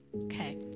Okay